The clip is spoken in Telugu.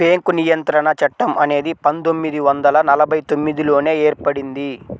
బ్యేంకు నియంత్రణ చట్టం అనేది పందొమ్మిది వందల నలభై తొమ్మిదిలోనే ఏర్పడింది